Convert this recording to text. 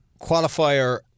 qualifier